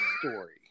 story